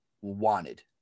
wanted